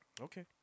Okay